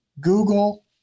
Google